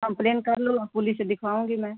complain कर लो police से दिखवाऊँगी मैं